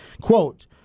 Quote